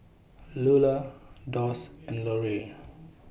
Lula Doss and Larue